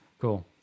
Cool